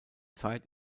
zeit